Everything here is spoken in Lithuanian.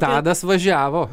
tadas važiavo